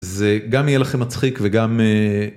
זה גם יהיה לכם מצחיק וגם.